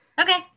Okay